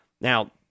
Now